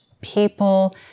people